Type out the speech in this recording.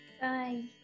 Bye